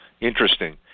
Interesting